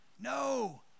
No